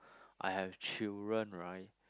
I have children right